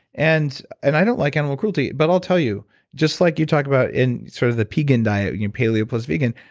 and and i don't like animal cruelty, but i'll tell you just like you talked about in sort of the pegan diet, paleo plus vegan,